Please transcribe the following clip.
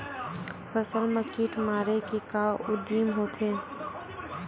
फसल मा कीट मारे के का उदिम होथे?